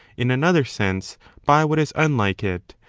in another sense by what is unlike it,